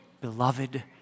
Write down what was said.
beloved